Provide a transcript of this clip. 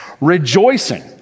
rejoicing